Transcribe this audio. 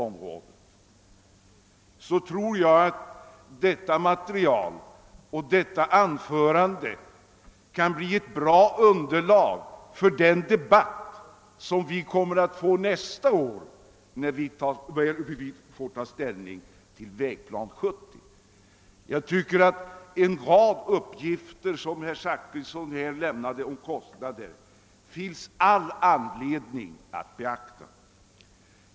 Jag tror att detta material kan bli ett bra underlag för den debatt som skall föras nästa år, då vi får ta ställning till 1970 års vägplan. En rad av de uppgifter om kostnaderna som herr Zachrisson lämnade finns det då all anledning att beakta.